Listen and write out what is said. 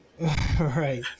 right